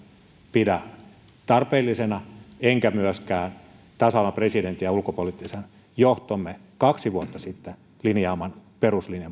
pidä tarpeellisena enkä myöskään tasavallan presidentin ja ulkopoliittisen johtomme kaksi vuotta sitten linjaaman peruslinjan